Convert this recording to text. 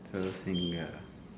four finger ah